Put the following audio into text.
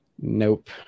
Nope